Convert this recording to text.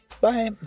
bye